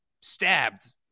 stabbed